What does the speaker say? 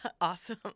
Awesome